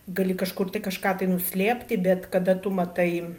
gali kažkur tai kažką tai nuslėpti bet kada tu matai